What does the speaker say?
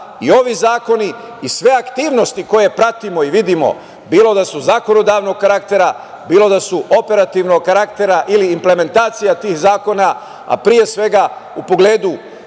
i ovi zakoni i sve aktivnosti koje pratimo i vidimo, bilo da su zakonodavnog karaktera, bilo da su operativnog karaktera ili implementacija tih zakona, a pre svega u pogledu